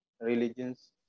religions